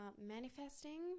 manifesting